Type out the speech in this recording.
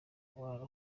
umwana